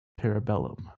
parabellum